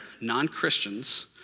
non-Christians